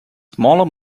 smaller